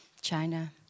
China